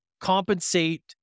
compensate